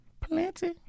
plenty